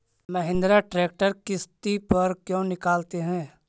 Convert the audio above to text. Mahindra tractor किसति पर क्यों निकालते हैं?